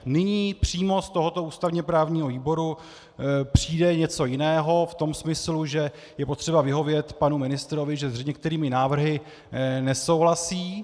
Nyní přímo z tohoto ústavněprávního výboru přijde něco jiného v tom smyslu, že je potřeba vyhovět panu ministrovi, že s některými návrhy nesouhlasí.